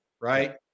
right